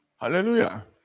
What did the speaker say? Hallelujah